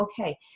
okay